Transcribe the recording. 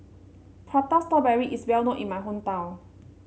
Prata Strawberry is well known in my hometown